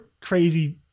crazy